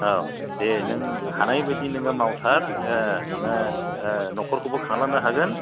औ दे नों हानायबायदि नोङो मावथार नोङो न'खरखौबो खांलांनो हागोन